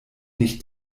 nicht